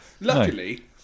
luckily